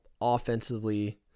offensively